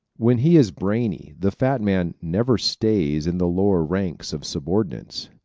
when he is brainy the fat man never stays in the lower ranks of subordinates.